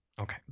okay